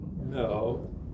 No